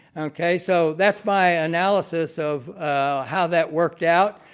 okay? so that's my analysis of how that worked out.